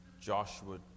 Joshua